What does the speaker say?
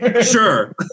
sure